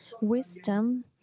wisdom